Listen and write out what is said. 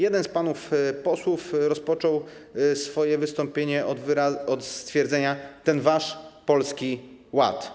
Jeden z panów posłów rozpoczął swoje wystąpienie od stwierdzenia: ten wasz Polski Ład.